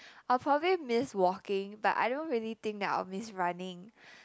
I'll probably miss walking but I don't really think I'll miss running